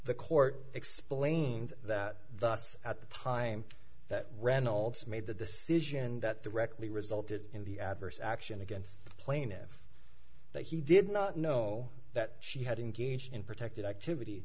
the court explained that thus at the time that reynolds made the decision that the rectory resulted in the adverse action against the plaintiff that he did not know that she had engaged in protected activity